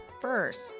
First